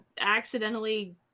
accidentally